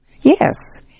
Yes